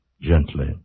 gently